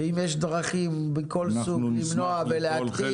ואם יש דרכים מכל סוג למנוע ולהקטין